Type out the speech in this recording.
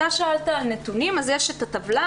אתה שאלת על נתונים, אז יש את הטבלה.